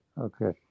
Okay